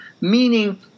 Meaning